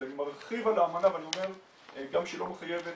אז אני מרחיב על האמנה ואומר שגם שהיא לא מחייבת,